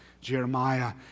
Jeremiah